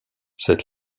cet